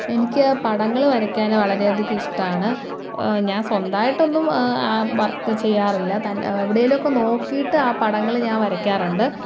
എനിക്ക് പടങ്ങൾ വരയ്ക്കാൻ വളരെയധികം ഇഷ്ടമാണ് ഞാൻ സ്വന്തമായിട്ടൊന്നും വർക്ക് ചെയ്യാറില്ല തന്നെ എവിടെയെങ്കിലുമൊക്കെ നോക്കിയിട്ട് ആ പടങ്ങൾ ഞാൻ വരയ്ക്കാറുണ്ട്